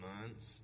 months